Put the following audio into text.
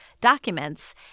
documents